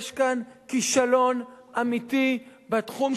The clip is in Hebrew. יש כאן כישלון אמיתי בתחום,